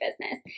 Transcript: business